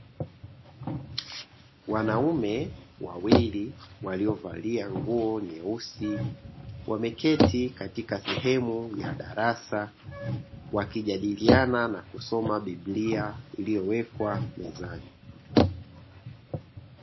Wanaume wawili waliovalia nguo nyeusi, wameketi katika sehemu ya darasa wakijadiliana na kusoma biblia iliyowekwa mezani.